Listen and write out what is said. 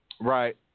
Right